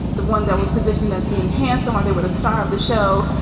the ones that were positioned as being handsome are they were the star of the show.